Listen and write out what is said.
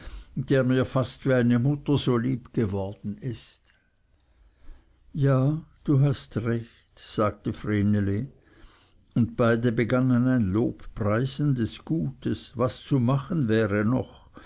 der mir fast wie eine mutter so lieb geworden ist ja du hast recht sagte vreneli und beide begannen ein lobpreisen des gutes was zu machen wäre noch